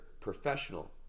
professional